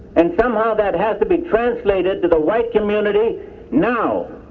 and somehow, that has to be translated to the white community now.